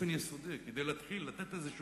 באופן יסודי, כדי להתחיל, לתת איזה start,